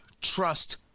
trust